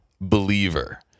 Believer